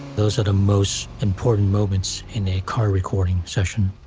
those are the most important moments in a car recording session